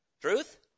Truth